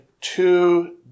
two